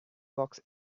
bucks